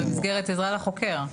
במסגרת עזרה לחוקר.